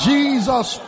Jesus